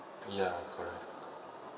ya correct